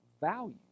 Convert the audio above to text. value